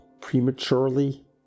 prematurely